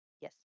Yes